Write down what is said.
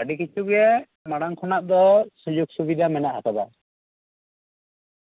ᱟᱹᱰᱤ ᱠᱤᱪᱷᱩ ᱜᱮ ᱢᱟᱲᱟᱝ ᱠᱷᱚᱱᱟᱜ ᱫᱚ ᱥᱩᱡᱳᱜ ᱥᱩᱵᱤᱫᱷᱟ ᱢᱮᱱᱟᱜ ᱟᱠᱟᱫᱟ